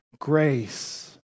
grace